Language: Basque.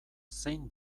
zein